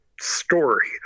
story